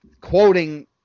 quoting